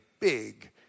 big